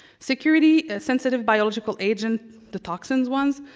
security sensitive biological agent, the toxins ones,